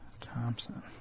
thompson